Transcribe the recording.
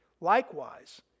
Likewise